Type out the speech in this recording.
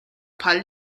bħal